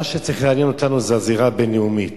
מה שצריך לעניין אותנו זה הזירה הבין-לאומית,